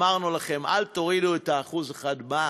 אמרנו לכם: אל תורידו את ה-1% במע"מ,